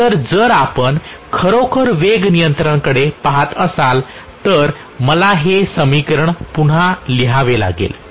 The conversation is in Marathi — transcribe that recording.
तर जर आपण खरोखर वेग नियंत्रणाकडे पहात असाल तर मला हे समीकरण पुन्हा लिहावे लागेल